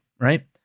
right